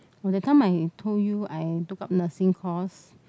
that time I told you I took up nursing course